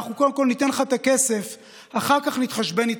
אנחנו קודם ניתן לך את הכסף ואחר כך נתחשבן איתך.